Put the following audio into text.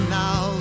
now